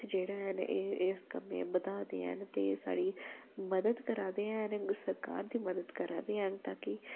जेह्ड़ा हैन इस कम्मै बधा दे हैन साढ़ी मदद करा दे हैन सरकार दी मदद करा दे हैन ताकि